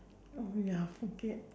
oh ya forget